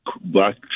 Black